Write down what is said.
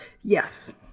Yes